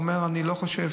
הוא אומר: אני לא חושב,